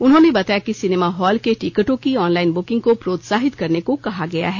उन्होंने बताया कि सिनेमा हॉल के टिकटों की ऑनलाइन बुकिंग को प्रोत्साहित करने को कहा गया है